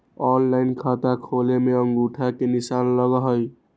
Online खाता खोले में अंगूठा के निशान लगहई?